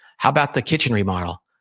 how about the kitchen remodel?